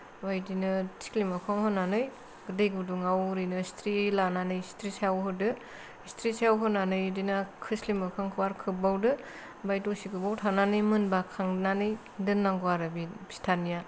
बेफोरबायदिनो थिख्लि मोखांआव होनानै दै गुदुङाव ओरैनो सिथ्रि लानानै सिथ्रि सायाव होदो सिथ्रि सायाव होनानै बिदिनो खोस्लि मोखांखौ आरो खोब्बावदो ओमफाय दसे गोबाव थानानै मोनबा खांनानै दोननांगौ आरो बे फिथानिया